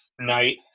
night